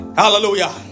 hallelujah